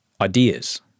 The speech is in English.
ideas